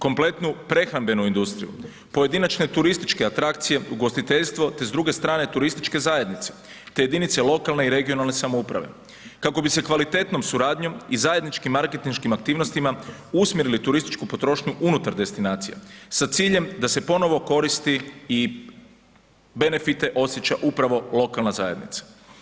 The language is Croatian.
Kompletnu prehrambenu industriju, pojedinačne turističke atrakcije, ugostiteljstvo te s druge strane turističke zajednice te jedinice lokalne i regionalne samouprave kako bi se kvalitetnom suradnjom i zajedničkim marketinškim aktivnostima usmjerili turističku potrošnju unutar destinacija s ciljem da se ponovo koristi i benefite osjeća upravo lokalna zajednica.